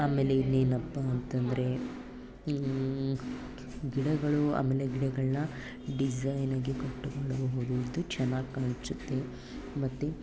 ಆಮೇಲೆ ಇನ್ನೇನಪ್ಪಾ ಅಂತಂದರೆ ಗಿಡಗಳು ಆಮೇಲೆ ಗಿಡಗಳನ್ನು ಡಿಝೈನಾಗಿ ಕಟ್ ಮಾಡಬಹುದು ಇದು ಚೆನ್ನಾಗಿ ಕಾಣಿಸುತ್ತೆ ಮತ್ತು